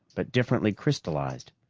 but differently crystallized.